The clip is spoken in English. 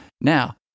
Now